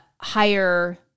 Higher